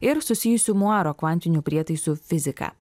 ir susijusių muaro kvantinių prietaisų fizika